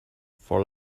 for